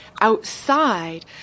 outside